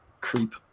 creep